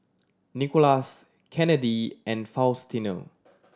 Nikolas Kennedi and Faustino